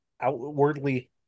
outwardly